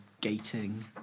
gating